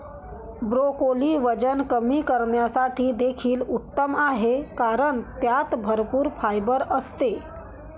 broccoli वजन कमी करण्यासाठी देखील उत्तम आहे कारण त्यात भरपूर फायबर असते